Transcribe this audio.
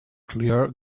clear